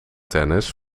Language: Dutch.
tennis